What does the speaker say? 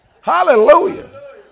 Hallelujah